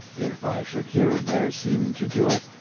if i should here and there seem to do it,